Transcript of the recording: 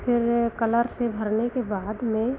फिर कलर से भरने के बाद में